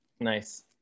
Nice